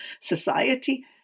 society